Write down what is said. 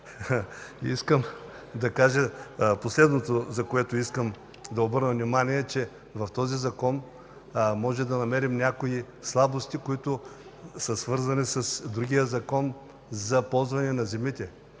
ПЕТЪР ПЕТРОВ: Последното, на което искам да обърна внимание, е, че в този закон можем да намерим някои слабости, които са свързани с другия закон за ползване на земите.